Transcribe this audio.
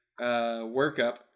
workup